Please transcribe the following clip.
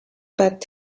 pat